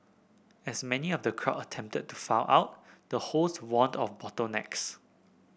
as many of the crowd attempted to file out the hosts warned of bottlenecks